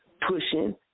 pushing